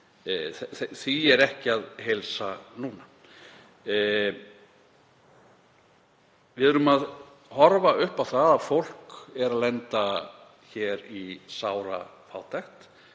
Því er ekki að heilsa núna. Við erum að horfa upp á það að fólk er að lenda hér í sárafátækt.